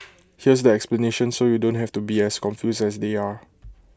here's the explanation so you don't have to be as confused as they are